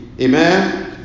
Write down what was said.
amen